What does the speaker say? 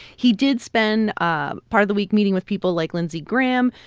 he did spend ah part of the week meeting with people like lindsey graham.